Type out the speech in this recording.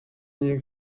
nie